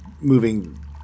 moving